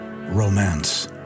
romance